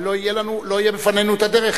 אבל לא תהיה בפנינו הדרך,